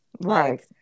Right